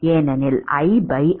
ஏனெனில் Ir